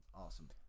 Awesome